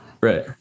right